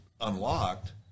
unlocked